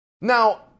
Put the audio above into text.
Now